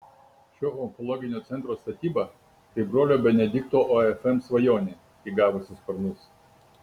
šio onkologinio centro statyba tai brolio benedikto ofm svajonė įgavusi sparnus